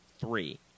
three